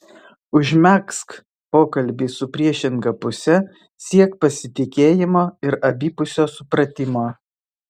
užmegzk pokalbį su priešinga puse siek pasitikėjimo ir abipusio supratimo